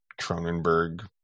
Cronenberg